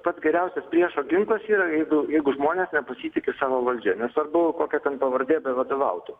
pats geriausias priešo ginklas yra jeigu jeigu žmonės nepasitiki savo valdžia nesvarbu kokia ten pavardė be vadovautų